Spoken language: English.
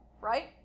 Right